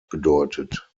bedeutet